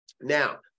Now